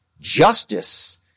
justice